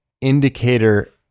indicator